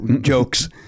jokes